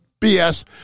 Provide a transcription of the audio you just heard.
BS